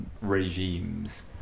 regimes